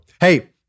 hey